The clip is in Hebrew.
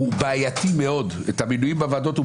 את המינויים בוועדות,